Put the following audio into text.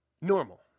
normal